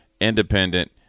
independent